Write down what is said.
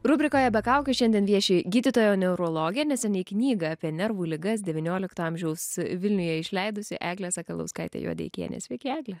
rubrikoje be kaukių šiandien vieši gydytoja neurologė neseniai knygą apie nervų ligas devyniolikto vilniuje išleidusi eglė sakalauskaitė juodeikienė sveiki egle